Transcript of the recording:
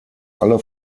alle